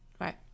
Right